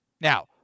now